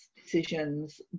decisions